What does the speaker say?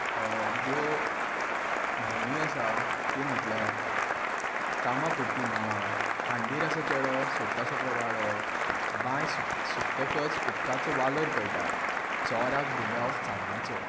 ज्यो म्हणी आसा ती म्हटल्यार कामा पुरती मामा हांडीर आसा चेडो सोदता सगळो वाडो बांय सुकतकच उदकाचो वालोर कळटा चोराक दुबाव चान्न्याचो